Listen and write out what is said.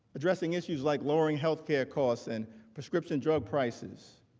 addressing issues like lowering healthcare cost and prescription drug prices.